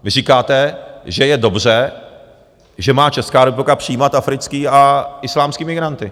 Vy říkáte, že je dobře, že má Česká republika přijímat africké a islámské migranty.